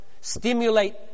Stimulate